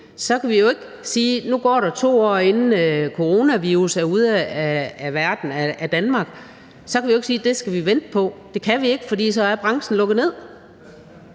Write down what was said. de skal have avlsdyr ind. Hvis der går 2 år, inden coronavirus er ude af verden og ude af Danmark, så kan vi jo ikke sige, at det skal vi vente på. Det kan vi ikke, for så er branchen lukket ned.